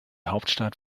hauptstadt